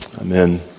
amen